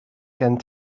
gen